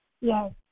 Yes